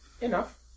enough